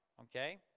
okay